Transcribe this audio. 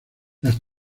las